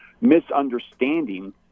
misunderstanding